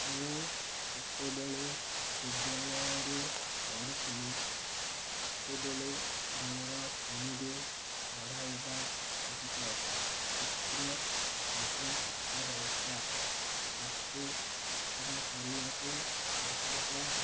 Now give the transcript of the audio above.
ମୁଁ ଯେତେବେଳେ ବିଦ୍ୟାଳୟରେ ପଢ଼ୁଥିଲି ସେତେବେଳେ ଆମର ଶ୍ରେଣୀରେ ପଢ଼ାଇବା ସହିତ ଚିତ୍ର ମଧ୍ୟ ଶିଖାଯାଉଥିଲା ମୋତେ ଚିତ୍ର କରିବାକୁ ବହୁତ